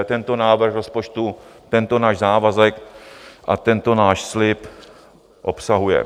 Tento návrh rozpočtu tento náš závazek a tento náš slib obsahuje.